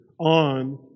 on